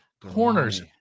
corners